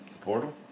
portal